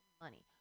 money